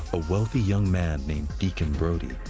a wealthy young man named deacon brodie.